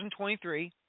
2023